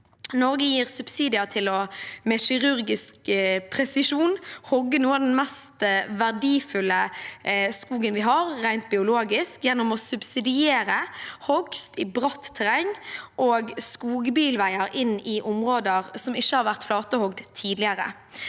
kirurgisk presisjon å hogge noe av den mest verdifulle skogen vi har, rent biologisk, gjennom å subsidiere hogst i bratt terreng og skogbilveier inn i områder som ikke har vært flatehogd tidligere.